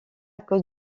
cause